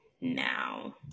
now